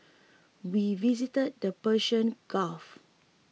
we visited the Persian Gulf